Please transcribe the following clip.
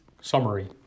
Summary